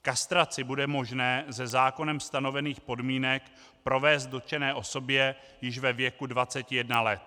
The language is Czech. Kastraci bude možné ze zákonem stanovených podmínek provést dotčené osobě již ve věku 21 let.